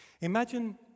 Imagine